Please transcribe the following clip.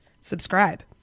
subscribe